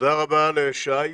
תודה רבה לשי.